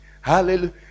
hallelujah